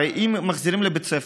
הרי אם מחזירים לבית ספר,